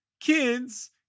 kids